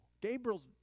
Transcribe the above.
Gabriel's